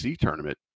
tournament